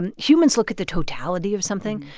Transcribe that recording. and humans look at the totality of something.